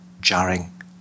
jarring